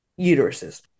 uteruses